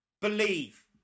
believe